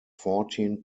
fourteen